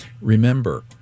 Remember